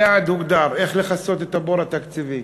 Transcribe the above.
היעד הוגדר, איך לכסות את הבור התקציבי.